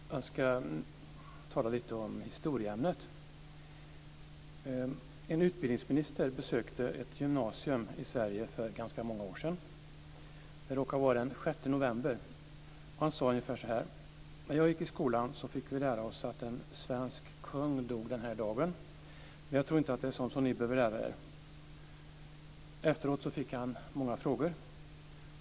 Fru talman! Jag ska tala lite om historieämnet. En utbildningsminister besökte ett gymnasium i Sverige för ganska många år sedan. Det råkade vara den 6 november. Han sade ungefär så här: När jag gick i skolan fick vi lära oss att en svensk kung dog den här dagen, men jag tror inte att det är sådant som ni behöver lära er. Efteråt fick han många frågor.